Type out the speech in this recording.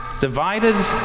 divided